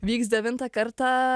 vyks devintą kartą